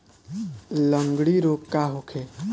लगंड़ी रोग का होखे?